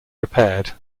repaired